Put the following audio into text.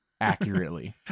accurately